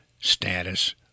status